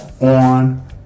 on